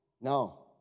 No